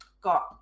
got